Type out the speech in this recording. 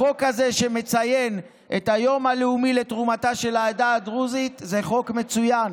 החוק הזה שמציין את היום הלאומי לתרומתה של העדה הדרוזית זה חוק מצוין,